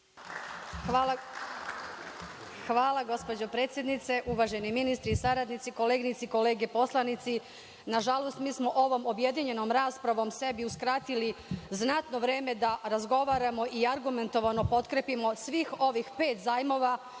Hvala gospođo predsednice. Uvaženi ministri i saradnici, koleginice i kolege poslanici, nažalost mi smo ovom objedinjenom raspravom sebi uskratili znatno vreme da razgovaramo i argumentovano potkrepimo svih ovih pet zajmova,